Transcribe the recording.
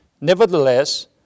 Nevertheless